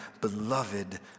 beloved